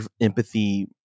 empathy